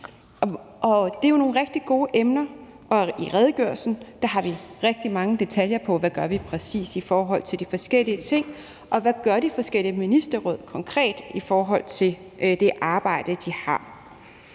Det er nogle rigtig gode emner. I redegørelsen har vi rigtig mange detaljer om, hvad vi præcis gør i forhold til de forskellige ting, og hvad de forskellige ministerråd konkret gør i forhold til det arbejde, de har.